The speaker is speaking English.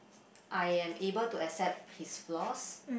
I am able to accept his flaws